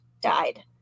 died